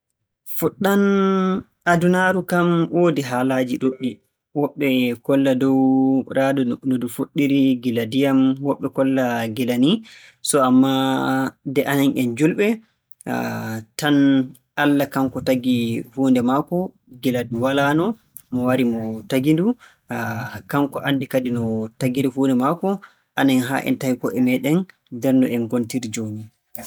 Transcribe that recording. Fuɗɗam adunaaru kam woodi haalaaji ɗuuɗɗi, woɓɓe kolla dow raa no ndu fuɗɗiri gila ndiyam, woɓɓe kolla gila nihi. So ammaa nde enen en juulɓe tan Allah kanko tagi huunde maako gila ndu walaano, Mo wari o tagi-ndu. Kanko kadi anndi no o tagiri huunde maako. Anen haa en tawi ko'e meeɗen e no en ngontiri jooni.